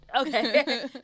okay